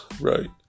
right